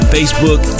Facebook